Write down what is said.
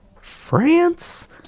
France